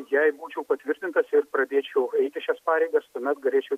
jei būčiau patvirtintas ir pradėčiau eiti šias pareigas tuomet galėčiau